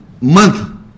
month